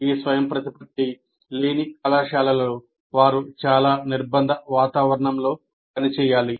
ఈ స్వయంప్రతిపత్తి లేని కళాశాలలలో వారు చాలా నిర్బంధ వాతావరణంలో పనిచేయాలి